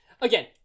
again